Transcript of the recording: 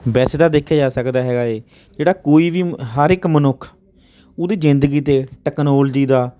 ਵੈਸੇ ਤਾਂ ਦੇਖਿਆ ਜਾ ਸਕਦਾ ਹੈਗਾ ਏ ਜਿਹੜਾ ਕੋਈ ਵੀ ਹਰ ਇੱਕ ਮਨੁੱਖ ਉਹਦੀ ਜ਼ਿੰਦਗੀ 'ਤੇ ਟਕਨੋਲਜੀ ਦਾ